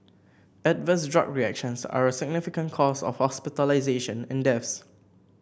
adverse drug reactions are a significant cause of hospitalisations and deaths